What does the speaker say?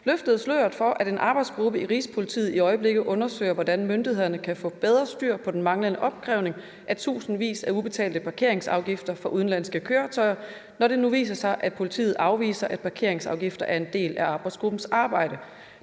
løftede sløret for, at en arbejdsgruppe i Rigspolitiet i øjeblikket undersøger, hvordan myndighederne kan få bedre styr på den manglende opkrævning af tusindvis af ubetalte parkeringsafgifter fra udenlandske køretøjer, når det nu viser sig, at politiet afviser, at parkeringsafgifter er en del af arbejdsgruppens arbejde?